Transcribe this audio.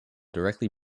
directly